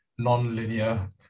nonlinear